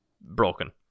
broken